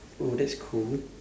oh that's cool